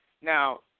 Now